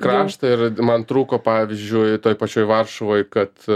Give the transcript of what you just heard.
kraštą ir man trūko pavyzdžiui toj pačioj varšuvoj kad